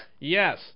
Yes